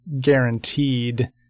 guaranteed